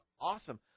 awesome